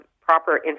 proper